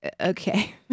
okay